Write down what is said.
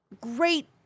great